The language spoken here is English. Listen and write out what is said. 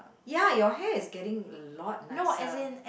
ya your hair is getting a lot nicer